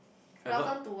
ever ah